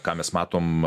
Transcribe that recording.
ką mes matom